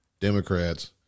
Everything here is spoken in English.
Democrats